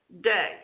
day